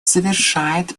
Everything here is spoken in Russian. завершает